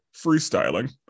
freestyling